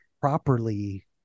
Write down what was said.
properly